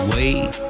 Wait